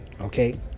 Okay